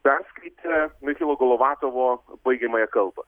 perskaitė michailo golovatovo baigiamąją kalbą